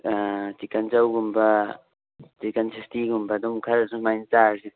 chicken ꯆꯧꯒꯨꯝ chicken ꯁꯤꯁꯇꯤꯒꯨꯝꯕꯗꯨꯝ ꯈꯔ ꯁꯨꯃꯥꯏ ꯆꯥꯔꯁꯤ